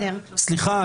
סליחה.